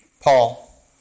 Paul